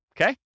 Okay